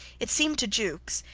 it seemed to jukes,